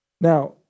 now